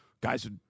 Guys